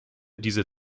diese